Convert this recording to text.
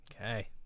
Okay